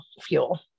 fuel